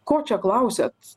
ko čia klausiat